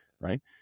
Right